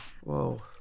Whoa